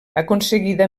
aconseguida